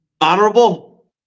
Honorable